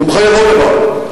הוא מחייב עוד דבר,